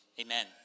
Amen